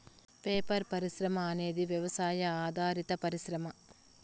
paper పరిశ్రమ అనేది వ్యవసాయ ఆధారిత పరిశ్రమ